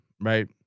right